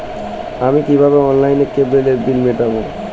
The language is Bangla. আমি কিভাবে অনলাইনে কেবলের বিল মেটাবো?